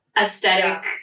aesthetic